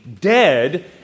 dead